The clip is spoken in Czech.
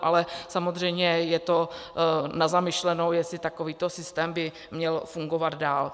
Ale samozřejmě je to na zamyšlenou, jestli takovýto systém by měl fungovat dál.